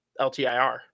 LTIR